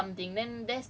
then like people like